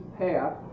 path